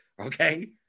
okay